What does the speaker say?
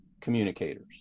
communicators